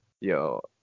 Yo